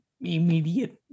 immediate